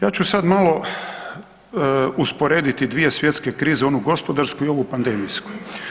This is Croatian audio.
Ja ću sad malo usporediti dvije svjetske krize onu gospodarsku i ovu pandemijsku.